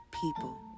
people